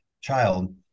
child